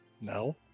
No